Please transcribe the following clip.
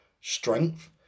strength